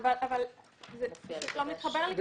זה לא מתחבר לי כל כך.